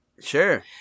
sure